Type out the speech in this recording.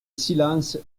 silence